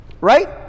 Right